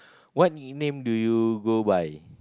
what nickname do you go by